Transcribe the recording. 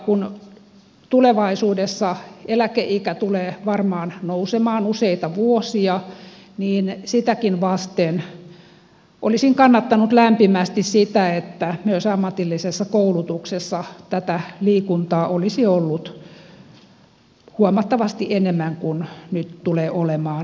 kun tulevaisuudessa eläkeikä tulee varmaan nousemaan useita vuosia niin sitäkin vasten olisin kannattanut lämpimästi sitä että myös ammatillisessa koulutuksessa tätä liikuntaa olisi ollut huomattavasti enemmän kuin nyt tulee olemaan